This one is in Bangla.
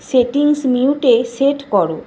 সেটিংস মিউটে সেট করো